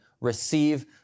receive